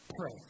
Pray